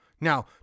Now